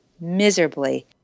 miserably